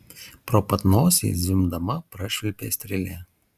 pro pat nosį zvimbdama prašvilpė strėlė